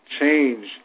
change